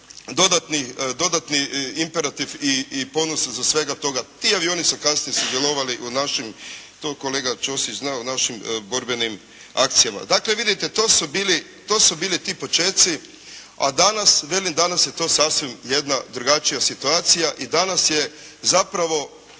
dodatni imperativ i ponos za svega toga. Ti avioni su kasnije sudjelovali u našim, to kolega Ćosić zna, u našim borbenim akcijama. Dakle, vidite, to su bili ti počeci, a danas, velim danas je to sasvim jedna drugačija situacija i danas je zapravo